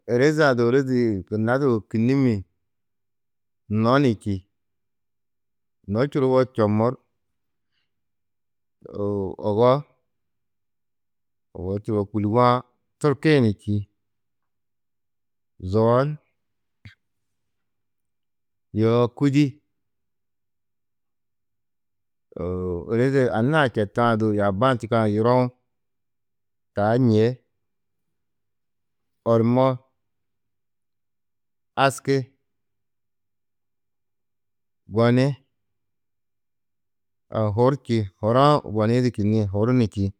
Ôreze-ã du ôrozi gunna du kînnimmi, no ni čî, no čuruwo čomur, ogo, ogo čuruwo kûlugu-ã, turki-ĩ ni čî, zoor, yoo kûdi, ôroze anna-ã četã du yaaba-ã čîkã du yurou, taa ñê, ormo, aski, goni, hur čî, huru-ã goni-ĩ du kînniĩ, hur ni čî.